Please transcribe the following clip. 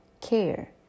care